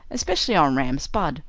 especially on ram spudd.